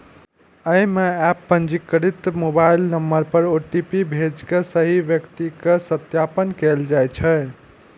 अय मे एप पंजीकृत मोबाइल नंबर पर ओ.टी.पी भेज के सही व्यक्ति के सत्यापन कैल जाइ छै